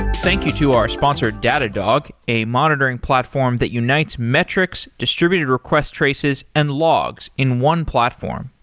thank you to our sponsor datadog, a monitoring platform that unites metrics, distributed request traces and logs in one platform.